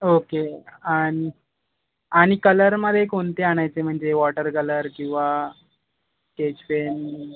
okay आणि आणि कलरमध्ये कोणते आणायचे म्हणजे वॉटर कलर किंवा केच पेन